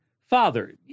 Father